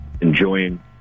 enjoying